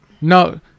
No